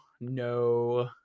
no